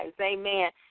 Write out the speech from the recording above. Amen